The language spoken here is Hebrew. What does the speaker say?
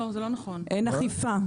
אין אכיפה.